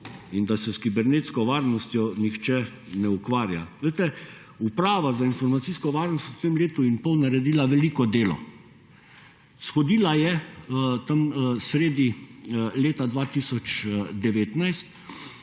in da se s kibernetsko varnostjo nihče ne ukvarja. Uprava za informacijsko varnost v tem letu in pol je naredila veliko delo. Shodila je tam sredi leta 1919